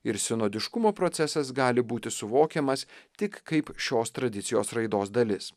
ir sinodiškumo procesas gali būti suvokiamas tik kaip šios tradicijos raidos dalis